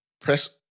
press